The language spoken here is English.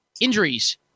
injuries